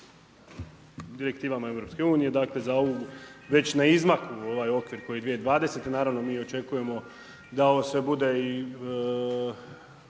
direktivama EU, dakle, za ovu, već na izmaku ovaj okvir koi je 2020. naravno mi očekujemo da sve bude